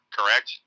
Correct